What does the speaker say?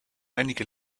einige